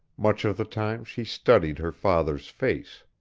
much of the time she studied her father's face.